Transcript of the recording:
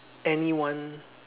anyone